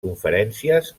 conferències